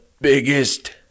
biggest